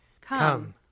Come